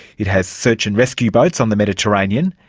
it has search and rescue boats on the mediterranean,